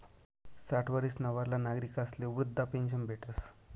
साठ वरीसना वरला नागरिकस्ले वृदधा पेन्शन भेटस